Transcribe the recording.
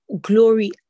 glory